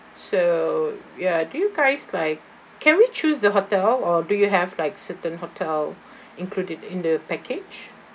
so ya do you guys like can we choose the hotel or do you have like certain hotel included in the package